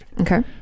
Okay